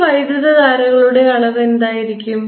ഈ വൈദ്യുതധാരകളുടെ അളവ് എന്തായിരിക്കും